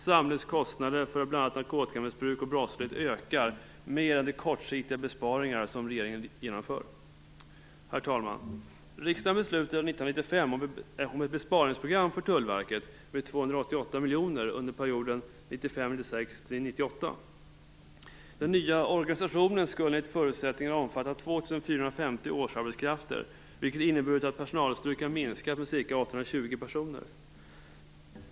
Samhällets kostnader för bl.a. narkotikamissbruk och brottslighet ökar mer än de kortsiktiga besparingar som regeringen genomför. Herr talman! Riksdagen beslutade 1995 om ett besparingsprogram för Tullverket om 288 miljoner under perioden 1995/96-1998. Den nya organisationen skulle enligt förutsättningarna omfatta 2 450 årsarbetskrafter, vilket inneburit att personalstyrkan minskats med ca 820 personer.